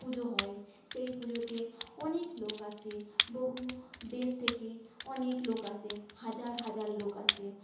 পুজো হয় সেই পুজোতে অনেক লোক আসে বহু দেশ থেকে অনেক লোক আসে হাজার হাজার লোক আসে